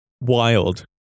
wild